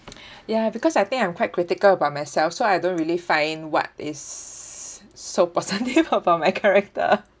ya because I think I'm quite critical about myself so I don't really find what is so positive about my character